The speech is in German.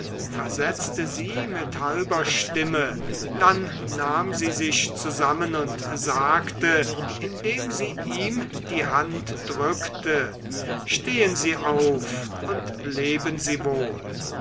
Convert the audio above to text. versetzte sie mit halber stimme dann nahm sie sich zusammen und sagte indem sie ihm die hand drückte stehen sie auf und leben sie wohl